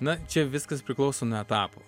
na čia viskas priklauso nuo etapų